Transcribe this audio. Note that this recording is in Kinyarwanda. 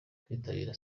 kwitabira